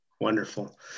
Wonderful